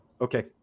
okay